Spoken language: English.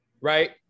right